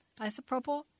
isopropyl